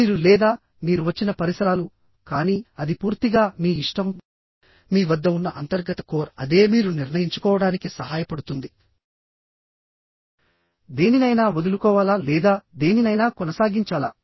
మీరు లేదా మీరు వచ్చిన పరిసరాలుకానీ అది పూర్తిగా మీ ఇష్టంమీ వద్ద ఉన్న అంతర్గత కోర్ అదే మీరు నిర్ణయించుకోవడానికి సహాయపడుతుందిదేనినైనా వదులుకోవాలా లేదా దేనినైనా కొనసాగించాలా